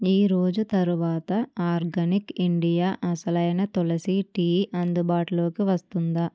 ఈరోజు తరువాత organic India అసలైన తులసీ టీ అందుబాటులోకి వస్తుందా